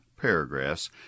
paragraphs